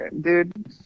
dude